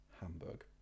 Hamburg